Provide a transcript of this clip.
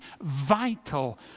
vital